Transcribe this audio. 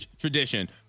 tradition